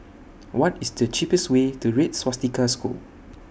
What IS The cheapest Way to Red Swastika School